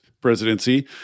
presidency